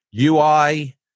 UI